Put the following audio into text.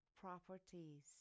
properties